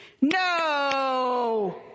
No